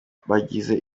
bagize